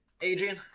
adrian